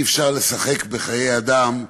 אי-אפשר לשחק בחיי אדם.